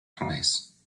place